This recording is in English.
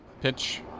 Pitch